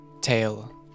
tail